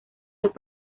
los